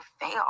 fail